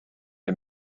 est